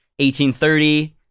1830